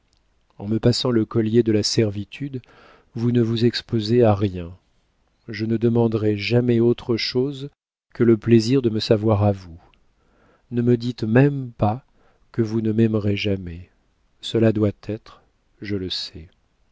en me passant le collier de la servitude vous ne vous exposez à rien je ne demanderai jamais autre chose que le plaisir de me savoir à vous ne me dites même pas que vous ne m'aimerez jamais cela doit être je le sais